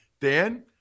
Dan